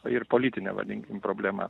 ir politinė vadinkim problema